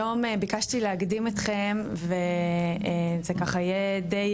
היום ביקשתי להקדים אתכם וזה יהיה דיי